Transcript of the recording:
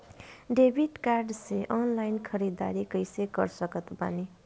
Debit card से online ख़रीदारी कैसे कर सकत बानी?